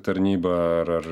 tarnyba ar ar